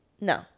No